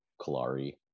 kalari